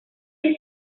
che